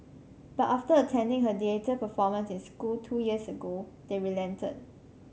but after attending her theatre performance in school two years ago they relented